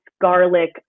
garlic